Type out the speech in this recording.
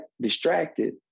distracted